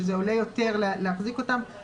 שזה עולה יותר להחזיק אותם,